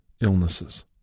illnesses